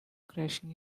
crashing